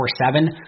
24-7